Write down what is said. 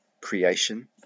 creation